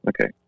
okay